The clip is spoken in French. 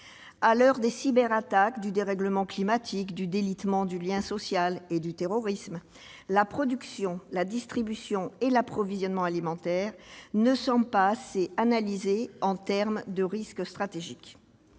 À l'heure des cyberattaques, du dérèglement climatique, du délitement du lien social et du terrorisme, la production, la distribution et l'approvisionnement alimentaires ne semblent pas suffisamment analysés en termes de risque stratégique.